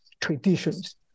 traditions